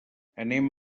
anem